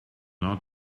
not